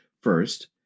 first